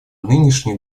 нынешний